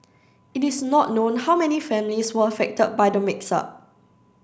it is not known how many families were affected by the mix up